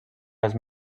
les